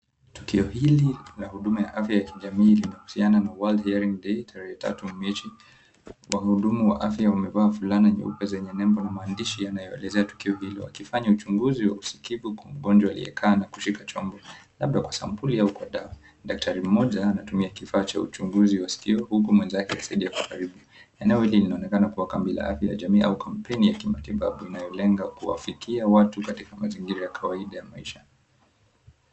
Tukio hili la huduma ya afya ya kijamii linahusiana na World Hearing Day, tarehe tatu mechi. Wahudumu wa afya wamevaa fulana nyeupe zenye nembo na maandishi yanayoelezea tukio hili. Wakifanya uchunguzi wa usikivu kwa mgonjwa aliyekaa na kushika chombo labda kwa sampuli ya huko dawa. Daktari mmoja anatumia kifaa cha uchunguzi wa sikio huku mwenzake akisaidia karibu. Eneo hili linaonekana kuwa kambi la afya ya jamii au kampeni ya kimatibabu inayolenga kuwafikia watu katika mazingira ya kawaida ya maisha.